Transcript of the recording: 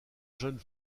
jeune